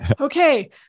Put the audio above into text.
okay